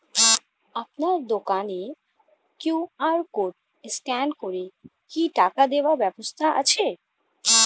আপনার দোকানে QR code scan করে কি টাকা দেওয়ার ব্যবস্থা আছে?